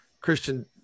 Christian